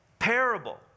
parable